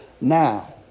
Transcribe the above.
now